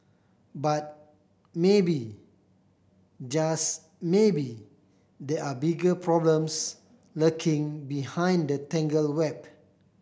but maybe just maybe there are bigger problems lurking behind the tangled web